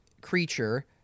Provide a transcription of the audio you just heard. creature